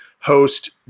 host